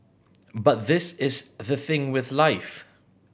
but this is the thing with life